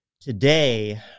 Today